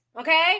okay